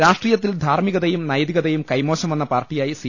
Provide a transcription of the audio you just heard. രാഷ്ട്രീയത്തിൽ ധാർമികതയും നൈതികതയും കൈമോശം വന്ന പാർട്ടിയായി സി